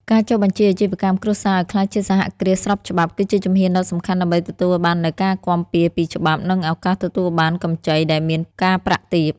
ការចុះបញ្ជីអាជីវកម្មគ្រួសារឱ្យក្លាយជាសហគ្រាសស្របច្បាប់ គឺជាជំហានដ៏សំខាន់ដើម្បីទទួលបាននូវការគាំពារពីច្បាប់ និងឱកាសទទួលបានកម្ចីដែលមានការប្រាក់ទាប។